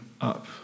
up